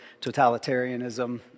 totalitarianism